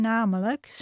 Namelijk